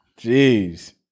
Jeez